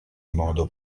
modo